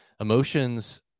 Emotions